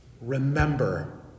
Remember